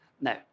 No